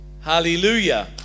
Hallelujah